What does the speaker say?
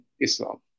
Islam